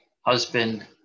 husband